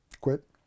Quit